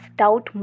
doubt